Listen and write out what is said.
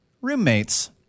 roommates